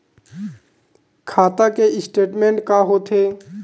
खाता के स्टेटमेंट का होथे?